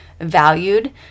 valued